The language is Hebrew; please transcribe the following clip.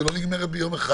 היא לא נגמרת ביום אחד,